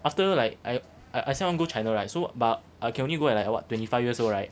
after like I I I say I want go china right so but I can only go at like [what] twenty five years old right